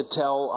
tell